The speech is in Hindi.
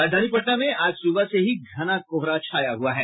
राजधानी पटना में आज सुबह से ही घना कोहरा छाया हुआ है